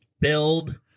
Build